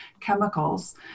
chemicals